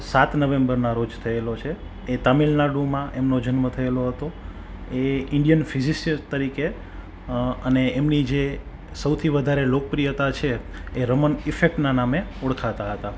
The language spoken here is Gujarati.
સાત નવેમ્બરના રોજ થયેલો છે એ તમિલનાડુમાં એમનો જન્મ થયેલો હતો એ ઇંડિયન ફીજીસિસ્ટ તરીકે અને એમની જે સૌથી વધારે લોકપ્રિયતા છે એ રમન ઇફેક્ટના નામે ઓળખાતા હતા